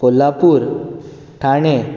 Kolhapur Thane